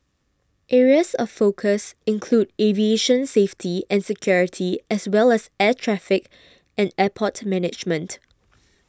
areas of focus include aviation safety and security as well as air traffic and airport management